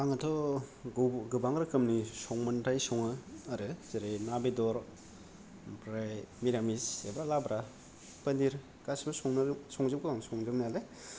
आङोथ' गब' गोबां रोखोमनि संमोनथाय सङो आरो जेरै ना बेदर ओमफ्राय मिरामिस एबा लाब्रा फनिर गासिबो संनोरो संजोबो आं संजोबनायालाय